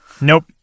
Nope